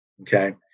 Okay